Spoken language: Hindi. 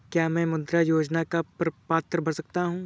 क्या मैं मुद्रा योजना का प्रपत्र भर सकता हूँ?